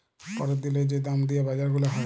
প্যরের দিলের যে দাম দিয়া বাজার গুলা হ্যয়